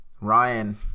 Ryan